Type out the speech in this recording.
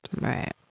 Right